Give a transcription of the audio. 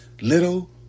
little